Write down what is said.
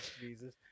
Jesus